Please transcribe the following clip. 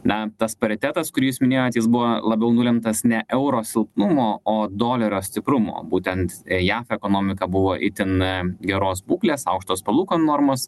na tas paritetas kurį jūs minėjot jis buvo labiau nulemtas ne euro silpnumo o dolerio stiprumo būtent ejav ekonomika buvo itin e geros būklės aukštos palūkanų normos